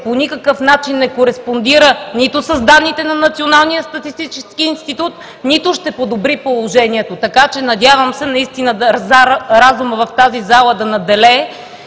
по никакъв начин не кореспондира нито с данните на Националния статистически институт, нито ще подобри положението. Надявам се разумът в тази зала да надделее